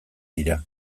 dira